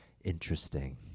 interesting